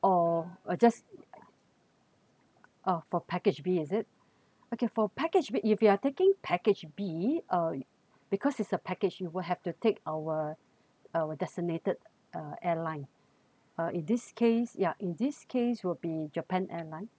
or uh just uh for package B is it okay for package B if you are taking package B uh because it's a package you will have to take our our designated uh airline uh in this case yeah in this case will be japan airlines